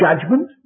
judgment